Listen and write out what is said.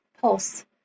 pulse